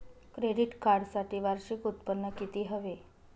Credit कार्डसाठी वार्षिक उत्त्पन्न किती हवे?